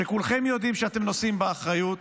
שכולכם יודעים שאתם נושאים באחריות.